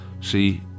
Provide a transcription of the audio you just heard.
see